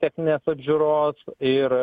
techninės apžiūros ir